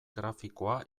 grafikoa